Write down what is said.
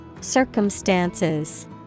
Circumstances